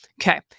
okay